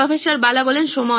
প্রফ্ বালা সময়